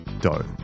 dough